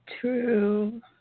True